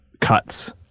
cuts